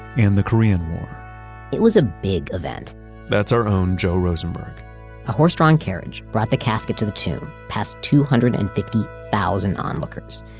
and the korean war it was a big event that's our own joe rosenberg a horse drawn carriage brought the casket to the tomb, past two hundred and fifty thousand onlookers,